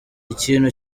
ikintu